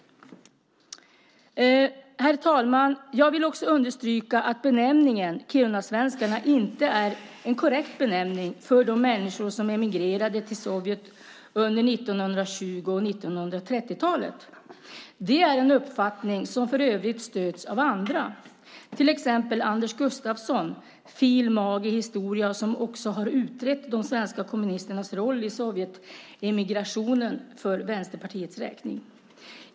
Herr talman! Jag vill också understryka att benämningen kirunasvenskar inte är en korrekt benämning på de människor som emigrerade till Sovjet under 1920 och 1930-talen. Det är en uppfattning som för övrigt stöds av andra, till exempel Anders Gustafsson, filosofie magister i historia. Han har för Vänsterpartiets räkning utrett de svenska kommunisternas roll i Sovjetemigrationen.